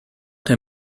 der